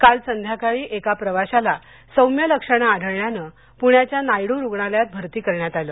काल संध्याकाळी एका प्रवाशाला सौम्य लक्षणे आढळल्याने पृण्याच्या नायङ् रुग्णालयात भरती करण्यात आलं